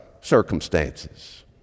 circumstances